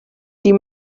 die